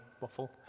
waffle